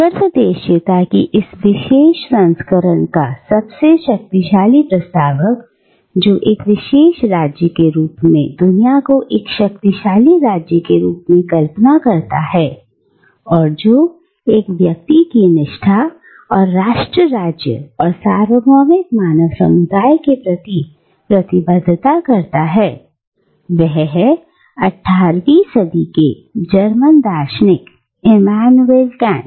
sir प्रदेश इयत्ता की इस विशेष संस्करण का सबसे शक्तिशाली प्रस्तावक जो एक विशाल राज्य के रूप में दुनिया को एक शक्तिशाली राज्य के रूप में कल्पना करता है और जो एक व्यक्ति की निष्ठा और राष्ट्र राज्य और सार्वभौमिक मानव समुदाय के प्रति प्रतिबद्धता की कोशिश करता है वह है 18 वी सदी के जर्मन दार्शनिक इमैनुअल कांट